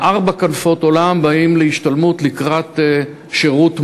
מארבע כנפות עולם באים להשתלמות לקראת שירות מועיל,